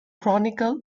chronicle